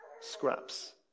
scraps